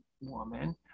woman